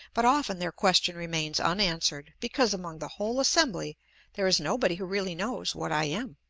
but often their question remains unanswered, because among the whole assembly there is nobody who really knows what i am.